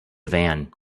van